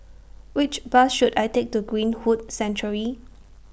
Which Bus should I Take to Greenwood Sanctuary